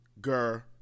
girl